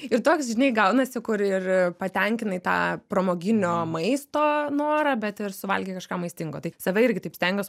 ir toks žinai gaunasi kur ir patenkinai tą pramoginio maisto norą bet ir suvalgei kažką maistingo tai save irgi taip stengiuos